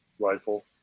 rifle